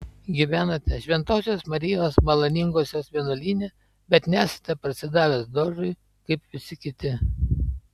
gyvenate šventosios marijos maloningosios vienuolyne bet nesate parsidavęs dožui kaip visi kiti